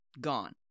gone